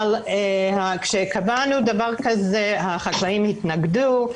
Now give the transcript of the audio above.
אבל כשקבענו דבר כזה החקלאים התנגדו,